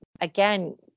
again